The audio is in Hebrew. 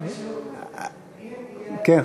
המון זמן,